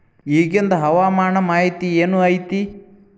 ಇಗಿಂದ್ ಹವಾಮಾನ ಮಾಹಿತಿ ಏನು ಐತಿ?